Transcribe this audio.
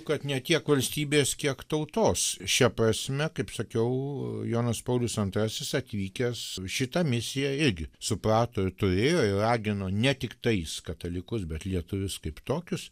kad ne tiek valstybės kiek tautos šia prasme kaip sakiau jonas paulius antrasis atvykęs su šita misija irgi suprato ir turėjo ir ragino ne tiktais katalikus bet lietuvius kaip tokius